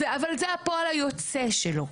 אבל זה הפועל היוצא שלה,